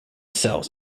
cells